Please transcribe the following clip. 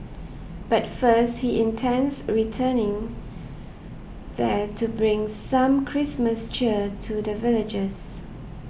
but first he intends returning there to bring some Christmas cheer to the villagers